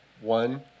One